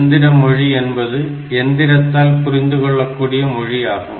எந்திர மொழி என்பது எந்திரத்தால் புரிந்துகொள்ளக்கூடிய ஒன்றாகும்